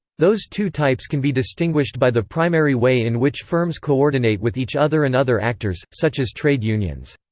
those two types can be distinguished by the primary way in which firms coordinate with each other and other actors, such as trade unions.